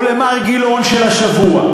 או למר גילאון של השבוע?